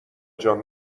جان